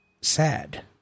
sad